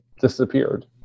disappeared